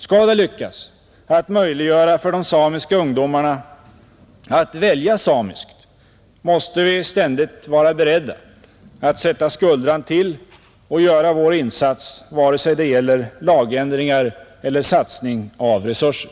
Skall det lyckas att möjliggöra för de samiska ungdomarna att välja samiskt, måste vi ständigt vara beredda att sätta skuldran till och göra vår insats vare sig det gäller lagändringar eller satsning av resurser,